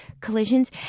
collisions